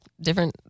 different